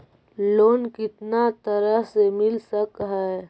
Loan कितना तरह से मिल सक है?